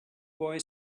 boy